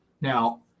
Now